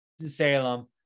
Salem